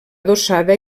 adossada